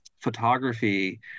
photography